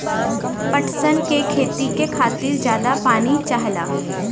पटसन के खेती के खातिर जादा पानी चाहला